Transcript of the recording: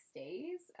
days